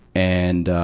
and,